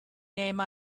name